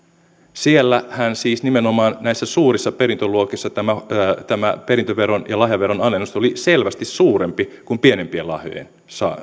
siellähän siis nimenomaan näissä suurissa perintöluokissa tämä tämä perintö ja lahjaveron alennus oli selvästi suurempi kuin pienempien lahjojen